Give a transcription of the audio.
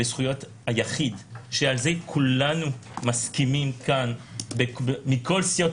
בזכויות היחיד , שעל זה כולם מסכימים מכל סיעות